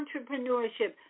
entrepreneurship